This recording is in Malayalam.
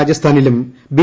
രാജസ്ഥാനിലും ബി